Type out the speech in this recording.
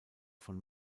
von